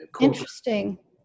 Interesting